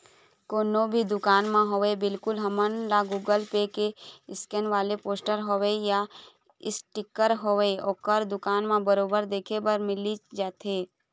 कोनो भी दुकान म होवय बिल्कुल हमन ल गुगल पे के स्केन वाले पोस्टर होवय या इसटिकर होवय ओखर दुकान म बरोबर देखे बर मिलिच जाथे